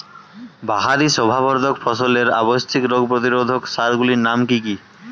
বাহারী শোভাবর্ধক ফসলের আবশ্যিক রোগ প্রতিরোধক সার গুলির নাম কি কি?